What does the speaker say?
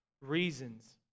reasons